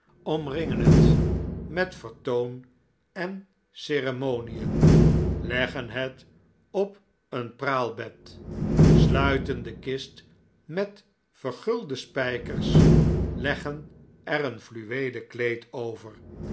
omringen het met vertoon en ceremonien leggen het op een praalbed sluiten de kist met vergulde spijkers leggen er een fluweelen kleed over